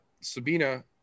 Sabina